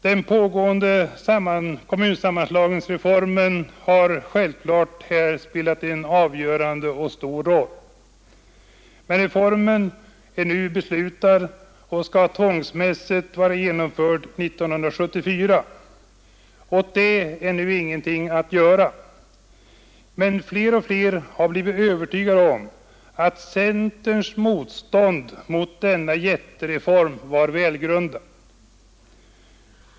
Den pågående kommunsammanslagningsreformen har självklart spelat en stor och avgörande roll här. Reformen är beslutad och skall tvångsmässigt vara genomförd 1974. Åt det är nu ingenting att göra. Men fler och fler har blivit övertygade om att centerns motstånd mot denna jättereform var välgrundat.